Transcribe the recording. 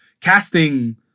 casting